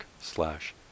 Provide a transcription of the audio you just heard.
slash